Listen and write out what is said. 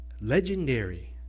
legendary